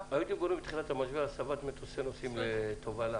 בתחילת המשבר היו דיבורים על הסבת מטוסי נוסעים לתובלה.